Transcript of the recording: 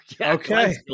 Okay